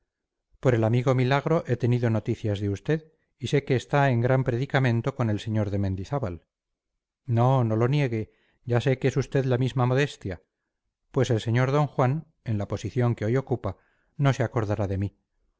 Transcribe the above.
por el amigo milagro he tenido noticias de usted y sé que está en gran predicamento con el sr de mendizábal no no lo niegue ya sé que es usted la misma modestia pues el señor d juan en la posición que hoy ocupa no se acordará de mí